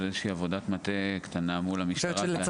איזושהי עבודת מטה קטנה מול המשטרה --- אני חושבת